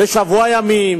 בשבוע ימים,